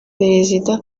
perezida